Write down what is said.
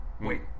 Wait